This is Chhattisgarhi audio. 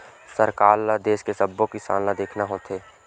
सरकार ल देस के सब्बो किसान ल देखना होथे